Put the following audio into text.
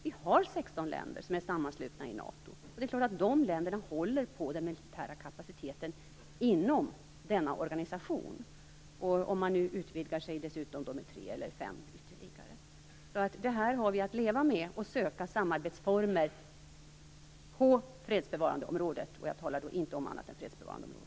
Vi har 16 länder som är sammanslutna i NATO. Det är klart att de länderna håller på den militära kapaciteten inom denna organisation - också om man nu dessutom utvidgar organisationen med ytterligare tre eller fem länder. Det här har vi att leva med när vi söker samarbetsformer på fredsbevarandeområdet - jag talar då inte om annat än fredsbevarandeområdet.